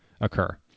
occur